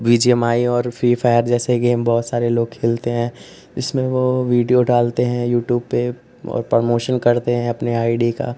we G M I और free fire जैसे game बहुत सारे लोग खेलते हैं जिसमें वह वीडियो डालते हैं यूट्यूब पर और प्रमोशन करते हैं अपनी आई डी का